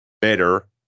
better